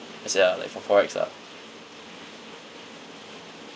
let's say ah like for forex ah